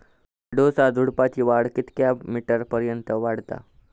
अडुळसा झुडूपाची वाढ कितक्या मीटर पर्यंत वाढता?